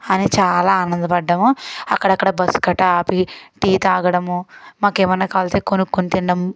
అని చాలా ఆనందపడ్డాము అక్కడక్కడ బస్సు కట్ట ఆపి టీ తాగడము మాకేమన్న కావల్సితే కొనుక్కొని తిండము